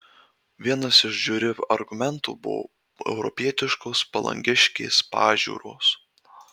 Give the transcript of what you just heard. vienas iš žiuri argumentų buvo europietiškos palangiškės pažiūros